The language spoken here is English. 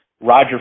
Roger